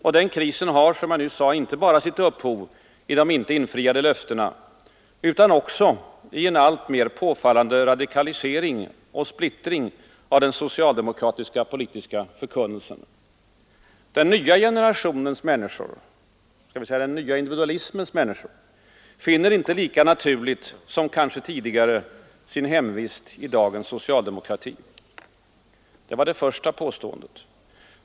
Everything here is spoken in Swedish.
Och den krisen har, som jag nyss sade, sitt upphov inte bara i de inte infriade löftena utan också i en alltmer påfallande radikalisering och splittring av socialdemokratins politiska förkunnelse. Den nya generationens människor — låt mig säga den nya individualismens människor — finner inte lika naturligt som kanske tidigare sin hemvist i dagens socialdemokrati. Detta om statsministerns första påstående.